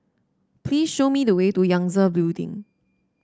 please show me the way to Yangtze Building